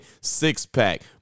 six-pack